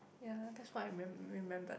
ya that's what I remem~ remembered